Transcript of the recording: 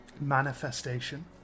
manifestation